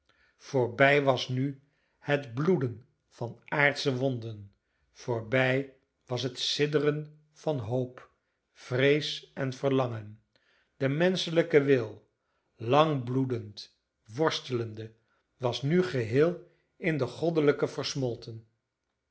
voorbij was nu het bloeden van aardsche wonden voorbij was het sidderen van hoop vrees en verlangen de menschelijke wil lang bloedend worstelende was nu geheel in den goddelijken versmolten